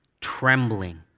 trembling